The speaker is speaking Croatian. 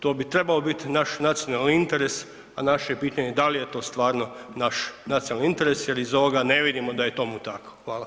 To bi trebao bit naš nacionalni interes a naše je pitanje da li je to stvarno naš nacionalni interes jer iz ovoga ne vidimo da je tomu tako.